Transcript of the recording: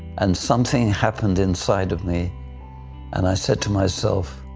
and something happened inside of me and i said to myself,